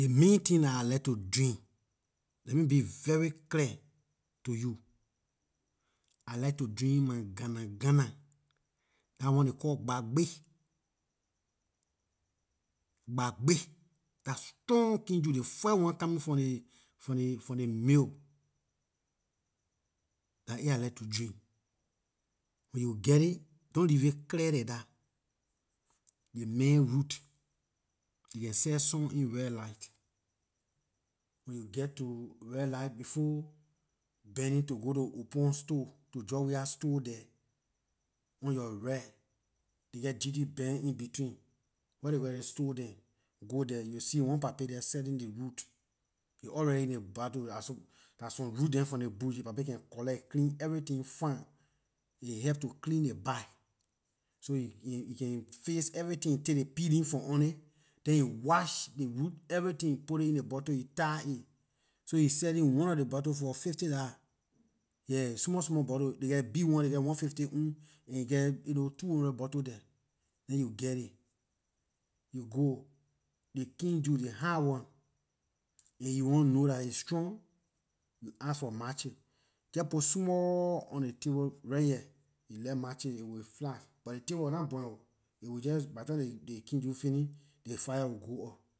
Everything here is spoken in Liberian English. Ley main tin dah I like to drink let me be very clear to you I like to drink my gana- gana dah one ley call gbarbe dah strong kin juice ley first one coming from ley from ley from ley mill dah aay I like to drink when you geh it don't leave it clear like dah ley man root they can sell some in redlight when you get to redlight before bending to go to oppong store to george weah store there on yor right they geh gt bank in between where ley geh those stores dem go there you will see one papay there selling ley root aay already in ley bottle dah dah some root dem from ley bush ley papay can collect clean everything fine aay help to clean ley back so he can fix everything take ley peeling from on it then he wash ley root everything put it in ley bottle he tie it so he selling one lor ley bottle for fifty dar, yeah, small small bottle ley geh ley big one ley one fifty own and he geh two hundred bottle there then you get it you go ley kin juice ley high one if you want know dah aay strong you ask for matches jeh put small on ley table right here you light matches it will flash buh ley table will nah burn oh it will jeh by ley time ley kin juice fini ley fire will go off